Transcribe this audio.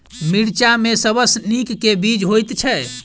मिर्चा मे सबसँ नीक केँ बीज होइत छै?